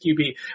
QB